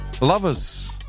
Lovers